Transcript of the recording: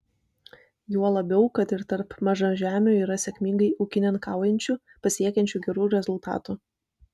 juo labiau kad ir tarp mažažemių yra sėkmingai ūkininkaujančių pasiekiančių gerų rezultatų